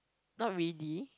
not really